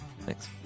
Thanks